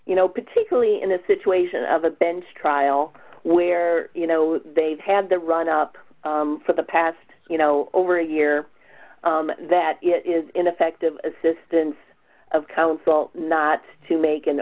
you know particularly in a situation of a bench trial where you know they've had the run up for the past you know over a year that it is ineffective assistance of counsel not to make an